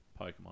Pokemon